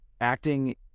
acting